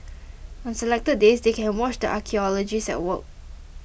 on selected days they can watch the archaeologists at work